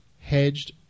hedged